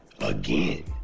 again